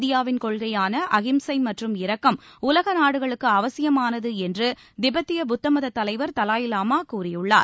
இந்தியாவின் கொள்கைகளான அஹிம்சை மற்றும் இரக்கம் உலக நாடுகளுக்கு அவசியமானது என்று திபெத்திய புத்தமதத் தலைவர் தலாய் லாமா கூறியுள்ளார்